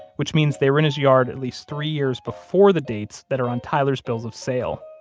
which means they were in his yard at least three years before the dates that are on tyler's bills of sale,